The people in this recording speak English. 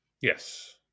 Yes